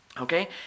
Okay